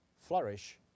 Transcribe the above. flourish